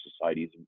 societies